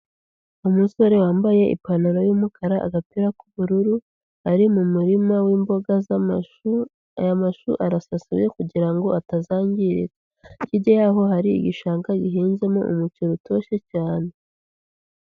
Umusore wambaye ipantaro yumukara, agapira k'ubururu, ari mu murima w'imboga z'amashu, aya mashu arasasiye kugira ngo atazangirika. Hijya yaho hari igishanga gihinzemo umuceri utoshye cyane.